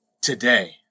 today